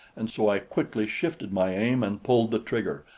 and so i quickly shifted my aim and pulled the trigger,